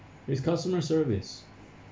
its customer service